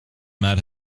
mad